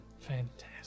Fantastic